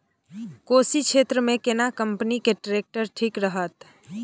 कोशी क्षेत्र मे केना कंपनी के ट्रैक्टर ठीक रहत?